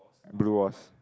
blue walls